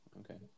okay